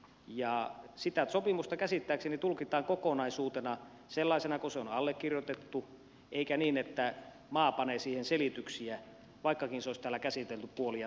ja sitä sopimusta käsittääkseni tulkitaan kokonaisuutena sellaisena kuin se on allekirjoitettu eikä niin että maa panee siihen selityksiä vaikkakin se olisi täällä käsitelty puolin ja toisin